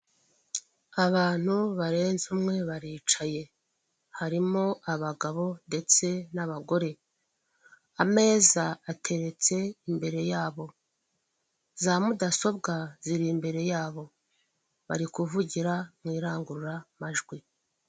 Abantu barenze umwe baricaye harimo abagabo ndetse n'abagore, ameza ateretse imbere yabo, za mudasobwa ziri imbere yabo, bari kuvugira mu irangururamajwi.